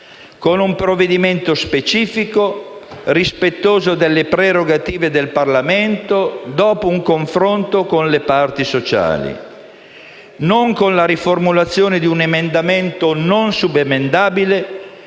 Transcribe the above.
con un provvedimento specifico, rispettoso delle prerogative del Parlamento dopo un confronto con le parti sociali e non con la riformulazione di un emendamento, non subemendabile,